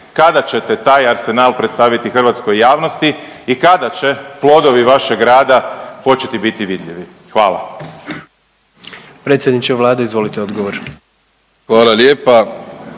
kada ćete taj arsenal predstaviti hrvatskoj javnosti i kada će plodovi vašeg rada početi biti vidljivi? Hvala.